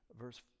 verse